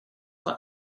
are